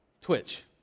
Twitch